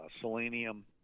selenium